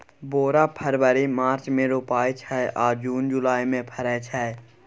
बोरा फरबरी मार्च मे रोपाइत छै आ जुन जुलाई मे फरय छै